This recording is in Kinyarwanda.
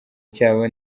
cyabo